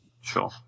Sure